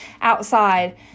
outside